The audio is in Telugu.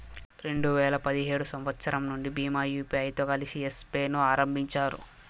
రెండు వేల పదిహేడు సంవచ్చరం నుండి భీమ్ యూపీఐతో కలిసి యెస్ పే ను ఆరంభించారు